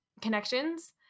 connections